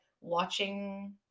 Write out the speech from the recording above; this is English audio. watching